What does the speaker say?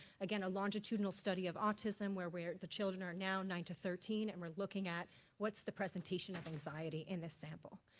again a longitudinal study of autism where where the children are now nine to thirteen and we're looking at what's the presentation of anxiety in this sample.